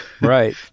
right